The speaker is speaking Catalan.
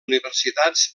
universitats